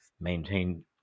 maintain